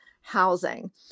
housing